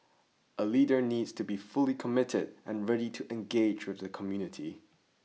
a leader needs to be fully committed and ready to engage with the community